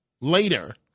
later